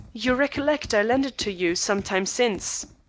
you recollect i lent it to you some time since.